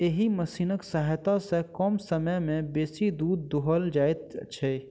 एहि मशीनक सहायता सॅ कम समय मे बेसी दूध दूहल जाइत छै